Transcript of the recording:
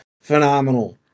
phenomenal